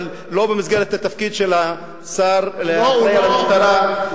אבל לא במסגרת התפקיד של השר לענייני המשטרה.